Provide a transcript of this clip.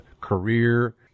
career